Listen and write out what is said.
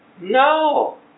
No